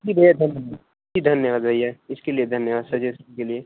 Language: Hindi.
ठीक भैया धन्यवाद ठीक धन्यवाद भैया इसके लिए धन्यवाद सजेसन के लिए